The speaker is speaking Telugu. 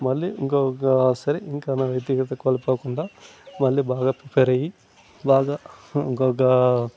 మళ్ళీ ఇంకొక సరే ఇంక నా వ్యక్తిగత కోల్పోకుండా మళ్ళీ బాగా ప్రిపేర్ అయ్యి బాగా ఇంకొక